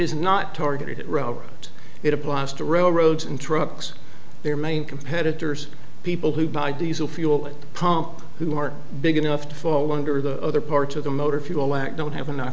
is not targeted at robert it applies to railroads and trucks their main competitors people who buy diesel fuel pump who are big enough to fall under the other parts of the motor fuel act don't have enough